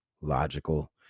logical